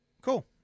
Cool